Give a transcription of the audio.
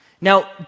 Now